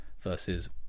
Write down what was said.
versus